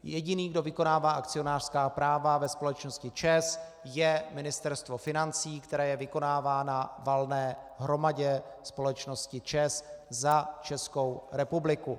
Jediný, kdo vykonává akcionářská práva ve společnosti ČEZ, je Ministerstvo financí, které je vykonává na valné hromadě společnosti ČEZ za Českou republiku.